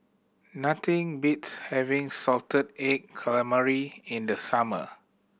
nothing beats having salted egg calamari in the summer